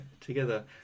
together